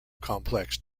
complex